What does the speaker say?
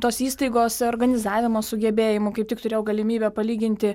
tos įstaigos organizavimo sugebėjimų kaip tik turėjau galimybę palyginti